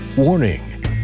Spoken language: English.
Warning